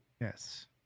Yes